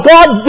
God